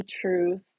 truth